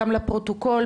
גם לפרוטוקול.